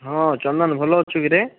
ହଁ ଚନ୍ଦନ ଭଲ ଅଛୁ କିରେ